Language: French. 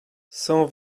cent